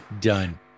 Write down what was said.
Done